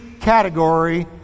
category